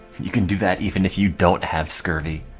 you can do that even if you don't have scurvy